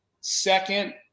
second